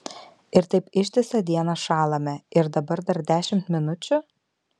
ir taip ištisą dieną šąlame ir dabar dar dešimt minučių